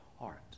heart